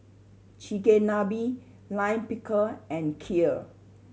Chigenabe Lime Pickle and Kheer